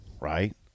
right